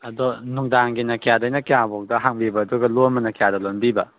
ꯑꯗꯣ ꯅꯨꯡꯗꯥꯡꯒꯤꯅ ꯀꯌꯥꯗꯩꯅ ꯀꯌꯥ ꯐꯥꯎꯗ ꯍꯥꯡꯕꯤꯕ ꯑꯗꯨꯒ ꯂꯣꯟꯕꯅ ꯀꯌꯥꯗ ꯂꯣꯟꯕꯤꯕ